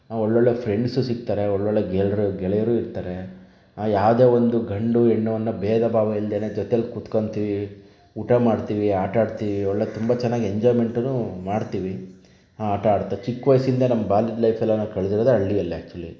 ಒಳ್ಳೊಳ್ಳೆಯ ಫ್ರೆಂಡ್ಸ್ ಸಿಗ್ತಾರೆ ಒಳ್ಳೊಳ್ಳೆಯ ಗೆಳ್ರು ಗೆಳೆಯರೂ ಇರ್ತಾರೆ ಯಾವುದೇ ಒಂದು ಗಂಡು ಹೆಣ್ಣು ಅನ್ನೋ ಭೇದ ಭಾವ ಇಲ್ಲದೇನೆ ಜೊತೇಲಿ ಕೂತ್ಕೋತೀವಿ ಊಟ ಮಾಡ್ತೀವಿ ಆಟಾಡ್ತೀವಿ ಒಳ್ಳೆಯ ತುಂಬ ಚೆನ್ನಾಗಿ ಎಂಜಾಯ್ಮೆಂಟುನೂ ಮಾಡ್ತೀವಿ ಆಟಾಡ್ತಾ ಚಿಕ್ಕ ವಯಸ್ಸಿಂದ ನಮ್ಮ ಬಾಲ್ಯದ ಲೈಫೆಲ್ಲ ನಾವು ಕಳೆದಿರೋದೇ ಹಳ್ಳಿಯಲ್ಲಿ ಆ್ಯಕ್ಚುಲಿ